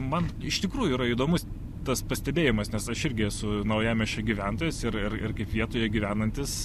man iš tikrųjų yra įdomus tas pastebėjimas nes aš irgi esu naujamiesčio gyventojas ir ir ir kaip vietoje gyvenantis